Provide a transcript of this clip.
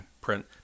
print